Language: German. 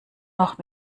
noch